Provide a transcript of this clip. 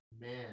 man